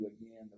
again